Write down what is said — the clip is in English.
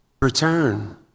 Return